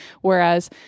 Whereas